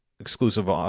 exclusive